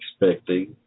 expecting